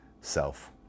self